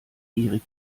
gierig